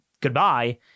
goodbye